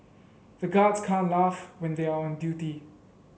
the guards can't laugh when they are on duty